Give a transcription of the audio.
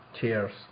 Cheers